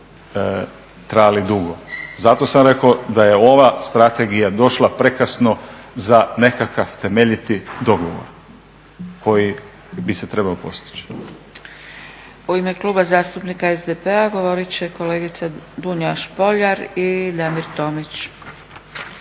U ime Kluba zastupnika SDP-a govorit će kolegica Dunja Špoljar i Damir Tomić.